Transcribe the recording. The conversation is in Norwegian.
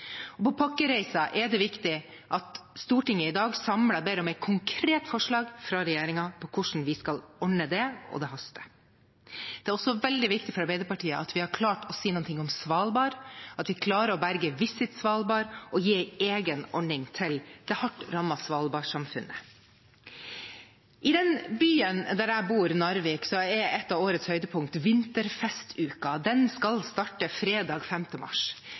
på kommuneordningen. Når det gjelder pakkereiser, er det viktig at Stortinget i dag samlet ber om et konkret forslag fra regjeringen om hvordan vi skal ordne det – og det haster. Det er også veldig viktig for Arbeiderpartiet at vi har klart å få med noe om Svalbard, at vi klarer å berge Visit Svalbard og gi en egen ordning til det hardt rammede Svalbard-samfunnet. I den byen der jeg bor, Narvik, er et av årets høydepunkter Vinterfestuka. Den skal starte fredag 5. mars.